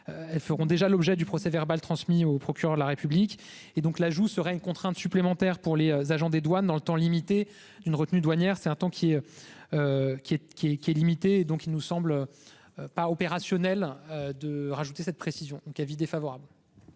Elles feront déjà l'objet du procès verbal transmis au procureur de la République et donc l'ajout sera une contrainte supplémentaire pour les agents des douanes dans le temps limité d'une retenue douanière c'est un temps qui est. Qui est qui est qui est limitée, donc il nous semble. Pas opérationnel de rajouter cette précision donc avis défavorable.